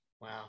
Wow